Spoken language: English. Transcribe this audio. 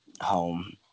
home